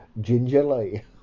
Gingerly